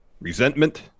resentment